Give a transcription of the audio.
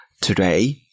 today